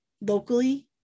locally